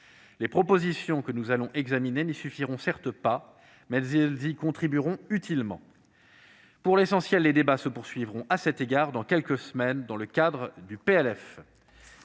Les propositions que nous allons examiner n'y suffiront certes pas, mais elles y contribueront utilement. Pour l'essentiel, les débats se poursuivront dans quelques semaines dans le cadre de